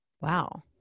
Wow